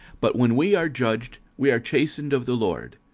but when we are judged, we are chastened of the lord,